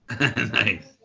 Nice